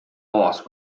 lost